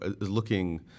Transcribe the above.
looking